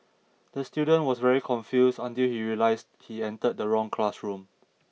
the student was very confused until he realised he entered the wrong classroom